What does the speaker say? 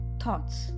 thoughts